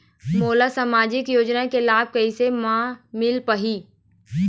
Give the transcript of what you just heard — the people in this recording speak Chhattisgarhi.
मोला सामाजिक योजना के लाभ कैसे म मिल पाही?